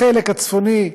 החלק הצפוני,